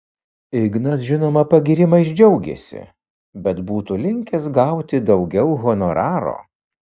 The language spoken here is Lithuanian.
ignas žinoma pagyrimais džiaugėsi bet būtų linkęs gauti daugiau honoraro